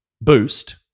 boost